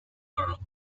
girl